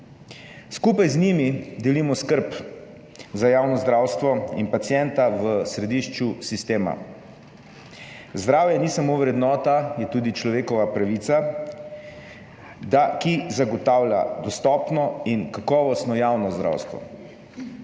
Skupaj z njimi delimo skrb za javno zdravstvo in pacienta v središču sistema. Zdravje ni samo vrednota, je tudi človekova pravica, ki zagotavlja dostopno in kakovostno javno zdravstvo.